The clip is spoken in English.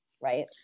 right